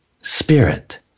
spirit